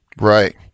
Right